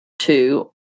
two